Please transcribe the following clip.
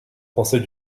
français